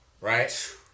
right